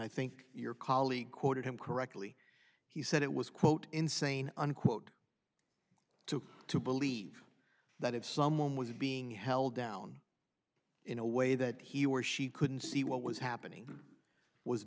i think your colleague quoted him correctly he said it was quote insane unquote to to believe that if someone was being held down in a way that he or she couldn't see what was happening was